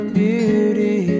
beauty